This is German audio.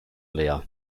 leer